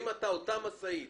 אם המשאית